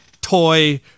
toy